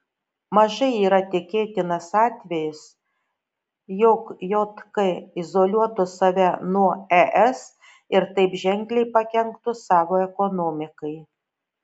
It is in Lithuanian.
mažai yra tikėtinas atvejis jog jk izoliuotų save nuo es ir taip ženkliai pakenktų savo ekonomikai